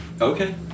Okay